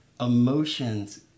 Emotions